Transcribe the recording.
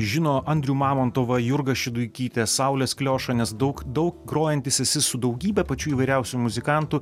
žino andrių mamontovą jurgą šeduikytę saulės kliošą nes daug daug grojantis esi su daugybe pačių įvairiausių muzikantų